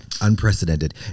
Unprecedented